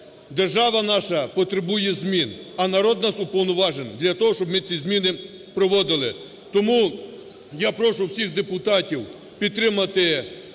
Держава наша потребує змін, а народ нас уповноважив для того, щоб ми ці зміни проводили. Тому я прошу всіх депутатів підтримати